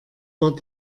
war